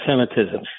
anti-Semitism